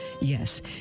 yes